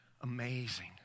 Amazing